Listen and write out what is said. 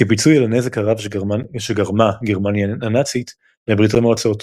כפיצוי על הנזק הרב שגרמה גרמניה הנאצית לברית המועצות